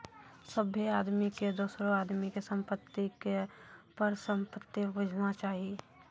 सभ्भे आदमी के दोसरो आदमी के संपत्ति के परसंपत्ति बुझना चाही